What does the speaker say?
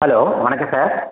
hello வணக்கம் sir